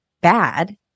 bad